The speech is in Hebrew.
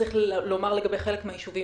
צריך לומר לגבי חלק מהיישובים